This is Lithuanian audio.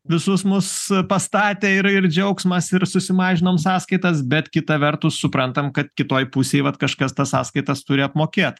visus mus pastatė ir ir džiaugsmas ir susimažinom sąskaitas bet kita vertus suprantam kad kitoj pusėj vat kažkas tas sąskaitas turi apmokėt